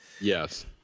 Yes